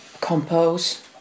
compose